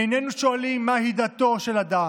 איננו שואלים מהי דתו של אדם,